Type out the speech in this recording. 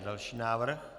Další návrh.